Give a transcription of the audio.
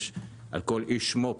יש על כל איש מו"פ,